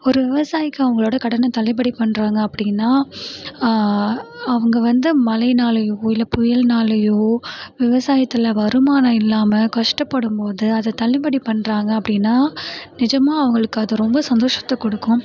ஒரு விவசாயிக்கு அவங்களோட கடனை தள்ளுபடி பண்ணுறாங்க அப்படின்னா அவங்க வந்து மழையினாலயோ இல்லை புயல்னாலயோ விவசாயத்தில் வருமானம் இல்லாமல் கஷ்டப்படும்போது அதை தள்ளுபடி பண்ணுறாங்க அப்படின்னா நிஜமாக அவங்களுக்கு அது ரொம்ப சந்தோஷத்தை கொடுக்கும்